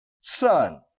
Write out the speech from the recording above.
son